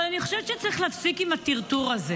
אבל אני חושבת שצריך להפסיק עם הטרטור הזה,